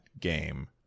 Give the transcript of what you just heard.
game